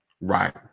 Right